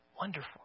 wonderful